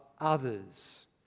others